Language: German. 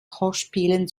hörspielen